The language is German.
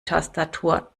tastatur